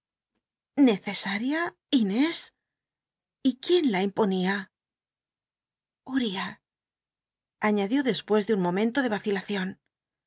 i tnés y quién la imponia ul'iah añadió despucs de un momento de vacilacion se